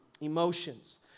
Emotions